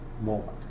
moment